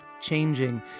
changing